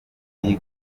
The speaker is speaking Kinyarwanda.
iyi